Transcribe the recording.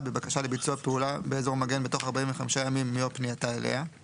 וכן למלא כל תפקיד אחר שיוטל עליה לפי חוק: